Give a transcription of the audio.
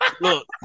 look